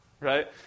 Right